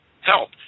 Help